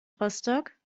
rostock